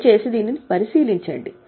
దయచేసి దీనిని పరిశీలించండి